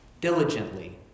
diligently